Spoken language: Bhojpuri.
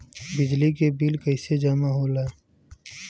बिजली के बिल कैसे जमा होला?